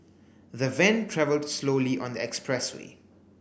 the van travelled slowly on the expressway